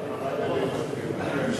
כבר אבד עליהם כלח.